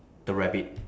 the rabbit